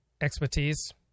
expertise